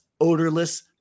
odorless